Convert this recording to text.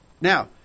Now